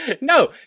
No